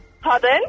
Pardon